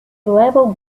level